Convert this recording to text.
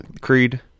Creed